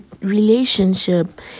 relationship